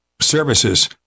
services